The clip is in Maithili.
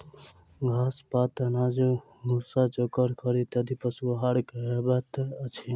घास, पात, अनाज, भुस्सा, चोकर, खड़ इत्यादि पशु आहार कहबैत अछि